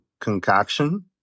concoction